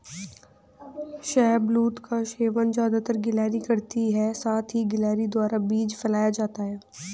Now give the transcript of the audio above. शाहबलूत का सेवन ज़्यादातर गिलहरी करती है साथ ही गिलहरी द्वारा बीज फैलाया जाता है